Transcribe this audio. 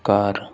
ਕਰ